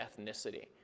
ethnicity